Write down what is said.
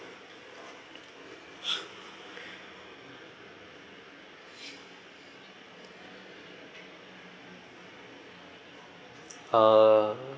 ah